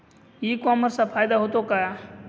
E कॉमर्सचा फायदा होतो का?